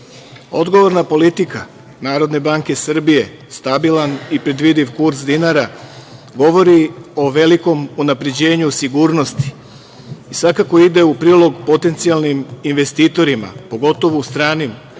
odgovorna politika Narodne banke Srbije, stabilan i predvidiv kurs dinara govori o velikom unapređenju sigurnosti i svakako ide u prilog potencijalnim investitorima, pogotovu stranim